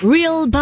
Real